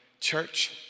church